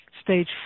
Stage